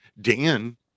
Dan